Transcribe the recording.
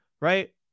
right